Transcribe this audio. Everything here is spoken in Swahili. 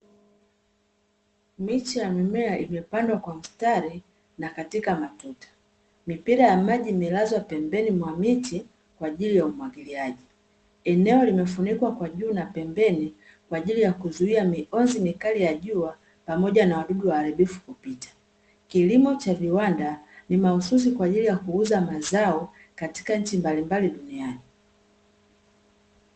Miche ya mimea imepandwa kwa mstari na katika matuta, mipira ya maji imelazwa pembeni mwa miti kwa ajili ya umwagiliaji. Eneo limefunikwa kwa juu na pembeni kwa ajili ya kuzuia mionzi mikali ya jua, pamoja na wadudu waharibifu kupita. Kilimo cha viwanda ni mahususi kwa ajili ya kuuza mazao katika nchi mbalimbali duniani.